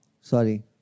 sorry